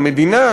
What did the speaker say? המדינה,